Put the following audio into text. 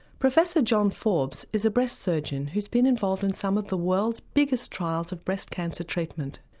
professor john forbes is a breast surgeon who's been involved in some of the world's biggest trials of breast cancer treatment.